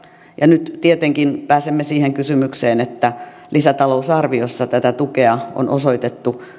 ja nyt tietenkin pääsemme siihen kysymykseen että lisätalousarviossa tätä tukea on osoitettu